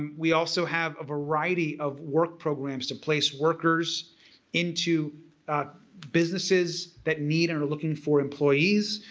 we also have a variety of work programs to place workers into businesses that need and are looking for employees,